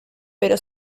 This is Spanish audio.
pero